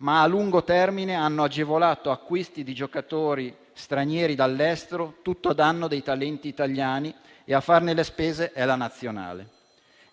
ma, a lungo termine, hanno agevolato acquisti di giocatori stranieri dall'estero. Tutto a danno dei talenti italiani e a farne le spese è la Nazionale.